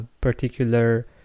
particular